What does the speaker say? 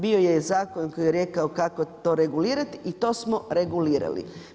Bio je i zakon koji je rekao kako to regulirati i to smo regulirali.